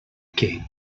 què